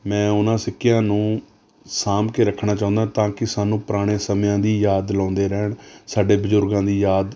ਮੈਂ ਉਹਨਾਂ ਸਿੱਕਿਆਂ ਨੂੰ ਸਾਂਭ ਕੇ ਰੱਖਣਾ ਚਾਹੁੰਦਾ ਤਾਂਕਿ ਸਾਨੂੰ ਪੁਰਾਣੇ ਸਮਿਆਂ ਦੀ ਯਾਦ ਦਿਲਾਉਂਦੇ ਰਹਿਣ ਸਾਡੇ ਬਜ਼ੁਰਗਾਂ ਦੀ ਯਾਦ